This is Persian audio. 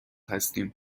هستیم